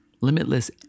limitless